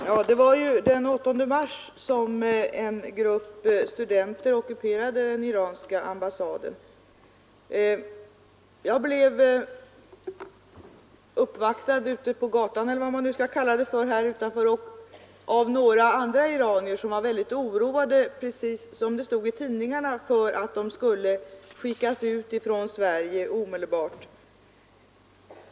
Herr talman! Det var den 8 mars som en grupp studenter ockuperade den iranska ambassaden. Jag blev uppvaktad här utanför av några andra iranier som var mycket oroade — precis som det stod i tidningarna — för att de skulle skickas ut från Sverige omedelbart.